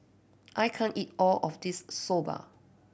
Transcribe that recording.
I can't eat all of this Soba